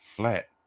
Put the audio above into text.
flat